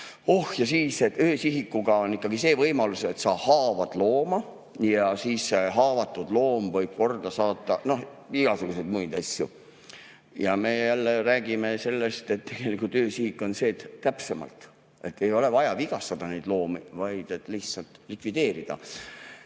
Oh ja siis, et öösihikuga on ikkagi see võimalus, et sa haavad looma ja haavatud loom võib korda saata igasuguseid asju. Me jälle räägime sellest, et tegelikult öösihik on selleks, et [lasta] täpsemalt. Ei ole vaja vigastada neid loomi, vaid lihtsalt likvideerida.